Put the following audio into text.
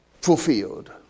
Fulfilled